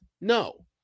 No